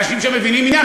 אנשים שמבינים עניין,